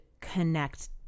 connect